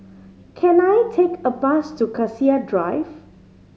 can I take a bus to Cassia Drive